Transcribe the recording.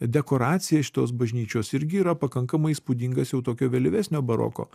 dekoracija šitos bažnyčios irgi yra pakankamai įspūdingas jau tokio vėlyvesnio baroko